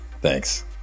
Thanks